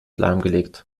lahmgelegt